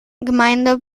gemeinde